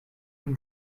him